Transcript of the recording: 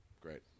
Great